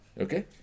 Okay